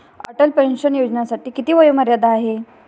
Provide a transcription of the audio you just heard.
Atal pension योजनेसाठी किती वयोमर्यादा आहे?